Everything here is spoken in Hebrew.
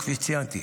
כפי שציינתי,